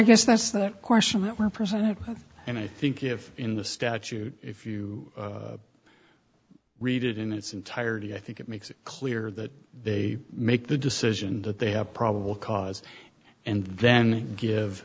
yes that's that question that were present and i think if in the statute if you read it in its entirety i think it makes it clear that they make the decision that they have probable cause and then give